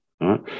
right